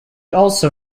also